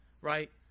right